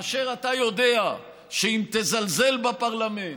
כאשר אתה יודע שאם תזלזל בפרלמנט,